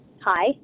Hi